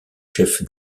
chef